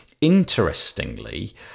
Interestingly